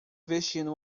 vestindo